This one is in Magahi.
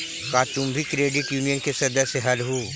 का तुम भी क्रेडिट यूनियन के सदस्य हलहुं?